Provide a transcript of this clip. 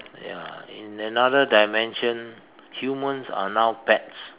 ya in another dimension humans are now pets